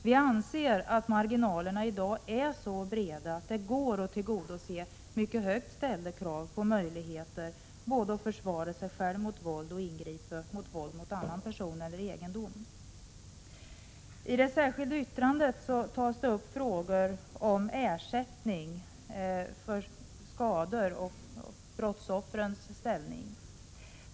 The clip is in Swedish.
Vi anser att marginalerna i dag är så breda att det går att tillgodose mycket högt ställda krav på möjligheten både att försvara sig själv mot våld och att ingripa mot våld mot annan person eller egendom. I det särskilda yttrandet tas frågor om ersättning för skador samt brottsoffrens ställning upp.